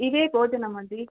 ఇదే భోజనమండి